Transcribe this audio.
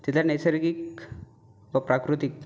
तिथं नैसर्गिक व प्राकृतिक